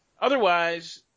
otherwise